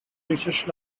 research